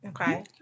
Okay